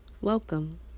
welcome